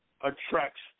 attracts